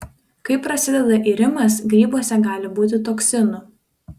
kai prasideda irimas grybuose gali būti toksinų